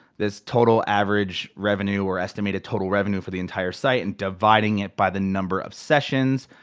this total average revenue or estimated total revenue for the entire site, and dividing it by the number of sessions.